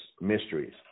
mysteries